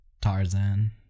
Tarzan